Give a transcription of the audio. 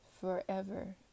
forever